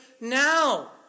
now